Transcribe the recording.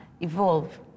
evolve